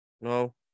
No